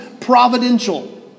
providential